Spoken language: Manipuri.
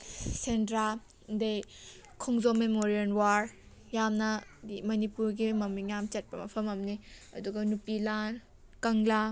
ꯁꯦꯟꯗ꯭ꯔꯥ ꯑꯗꯩ ꯈꯣꯡꯖꯣꯝ ꯃꯦꯃꯣꯔꯤꯌꯦꯜ ꯋꯥꯔ ꯌꯥꯝꯅ ꯃꯅꯤꯄꯨꯔꯒꯤ ꯃꯃꯤꯡ ꯌꯥꯝ ꯆꯠꯄ ꯃꯐꯝ ꯑꯃꯅꯤ ꯑꯗꯨꯒ ꯅꯨꯄꯤ ꯂꯥꯜ ꯀꯪꯂꯥ